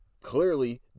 clearly